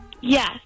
Yes